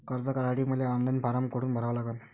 कर्ज काढासाठी मले ऑनलाईन फारम कोठून भरावा लागन?